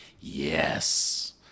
yes